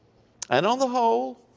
and on the whole,